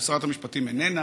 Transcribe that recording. שרת המשפטים איננה,